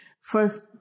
First